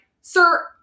sir